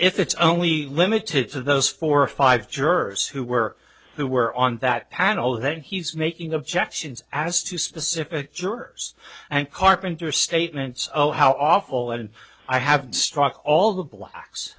if it's only limited to those four or five jerseys who were who were on that panel then he's making objections as to specific jurors and carpenter statements oh how awful and i have struck all the blacks